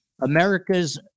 America's